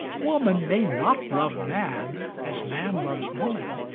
woman may not love man as man loves woman,